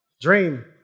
dream